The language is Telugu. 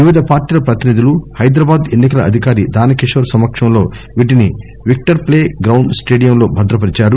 వివిధ పార్టీల ప్రతినిధులు హైదరాబాద్ ఎన్నికల అధికారి దానకిషోర్ల సమక్షంలో వీటిని విక్షర్ ప్లే గ్రౌండ్ స్టేడియంలో భద్రపరిచారు